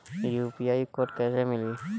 UPI code कैसे मिली?